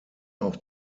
auch